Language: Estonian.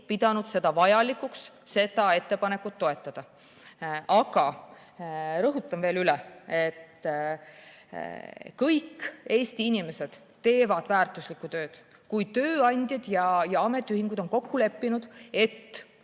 pidanud vajalikuks seda ettepanekut toetada. Aga rõhutan veel üle, et kõik Eesti inimesed teevad väärtuslikku tööd. Tööandjad ja ametiühingud on kokku leppinud